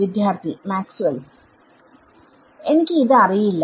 വിദ്യാർത്ഥി Maxwells Maxwells എനിക്ക് ഇത് അറിയില്ല